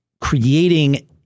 creating